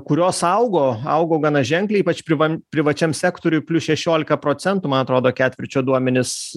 kurios augo augo gana ženkliai ypač privam privačiam sektoriui plius šešiolika procentų man atrodo ketvirčio duomenys